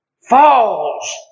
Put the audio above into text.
falls